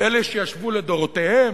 אלה שישבו לדורותיהם,